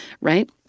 Right